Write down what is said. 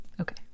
Okay